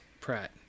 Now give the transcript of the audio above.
Pratt